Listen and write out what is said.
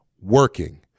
working